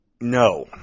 No